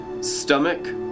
stomach